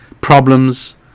problems